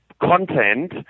content –